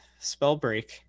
Spellbreak